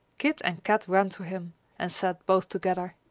kit and kat ran to him and said, both together,